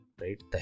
Right